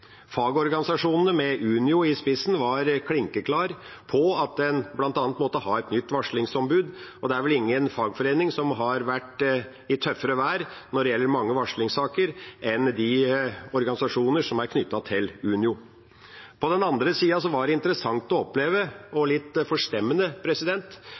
Fagorganisasjonene, med Unio i spissen, var klinkende klar på at en bl.a. måtte ha et varslingsombud, og det er vel ingen fagforening som har vært i tøffere vær når det gjelder mange varslingssaker, enn de organisasjoner som er knyttet til Unio. På den andre siden var det interessant – og litt forstemmende – å oppleve